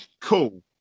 Cool